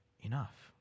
enough